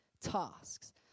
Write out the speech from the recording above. tasks